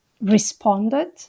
responded